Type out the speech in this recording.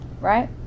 Right